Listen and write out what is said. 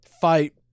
fight